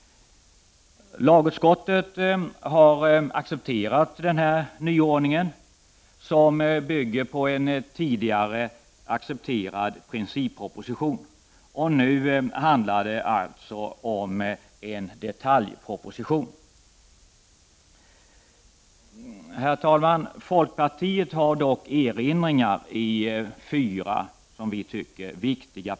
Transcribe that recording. Lagutskottet har accepterat denna nyordning som bygger på en tidigare accepterad principproposition. Nu handlar det således om en detaljproposition. Herr talman! Folkpartiet har dock erinringar på fyra punkter, som vi tycker är viktiga.